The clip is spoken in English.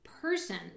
person